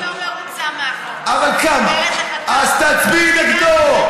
אני לא מרוצה מהחוק, אז תצביעי נגדו.